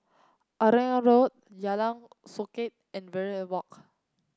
Arumugam Road Jalan Songket and Verde Walk